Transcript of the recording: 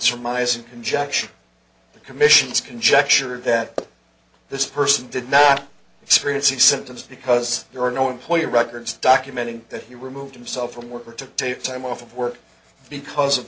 surmise and conjecture the commission's conjecture that this person did not experience the symptoms because there are no employer records documenting that you removed himself from work or to take time off of work because of